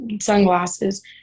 sunglasses